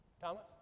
Thomas